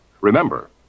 Remember